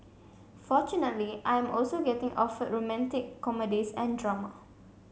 fortunately I am also getting offered romantic comedies and drama